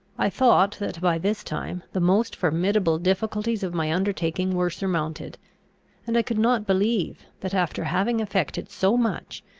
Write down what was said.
i thought that, by this time, the most formidable difficulties of my undertaking were surmounted and i could not believe that, after having effected so much,